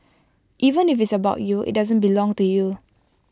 even if IT is about you IT doesn't belong to you